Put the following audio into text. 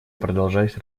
продолжать